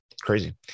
crazy